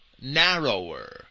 narrower